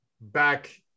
back